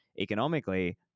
economically